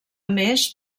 més